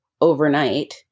overnight